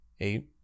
Eight